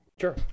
Sure